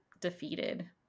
defeated